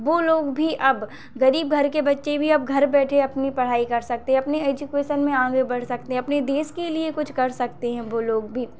वो लोग भी अब गरीब घर के बच्चे भी अब घर बैठे अपनी पढ़ाई कर सकते हैं अपनी एजुकेशन में आगे बढ़ सकते हैं अपने देश के लिए कुछ कर सकते हैं वो लोग भी